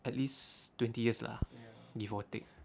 at least twenty years lah give or take